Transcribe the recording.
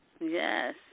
Yes